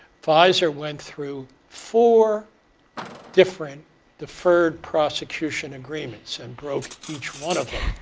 pfizer went through four different deferred prosecution agreements and broke each one of them.